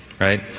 right